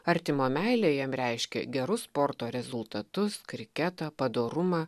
artimo meilė jam reiškia gerus sporto rezultatus kriketą padorumą